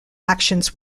actions